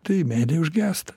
tai meilė užgęsta